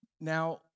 Now